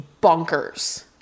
bonkers